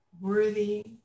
worthy